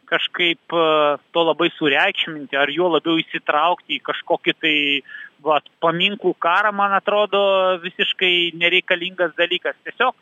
kažkaip to labai sureikšminti ar juo labiau įsitraukti į kažkokį tai va paminklų karą man atrodo visiškai nereikalingas dalykas tiesiog